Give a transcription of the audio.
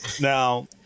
Now